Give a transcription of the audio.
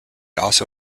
also